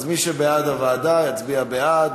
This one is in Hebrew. אז מי שבעד הוועדה יצביע בעד,